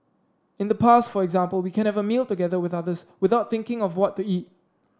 in the past for example we can have a meal together with others without thinking of what to eat